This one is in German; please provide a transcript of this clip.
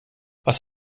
was